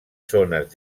zones